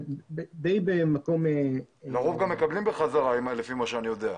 ברוב המקרים מקבלים בחזרה, למיטב ידיעתי.